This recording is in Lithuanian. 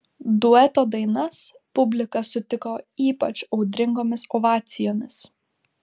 dueto dainas publika sutiko ypač audringomis ovacijomis